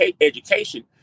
education